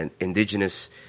indigenous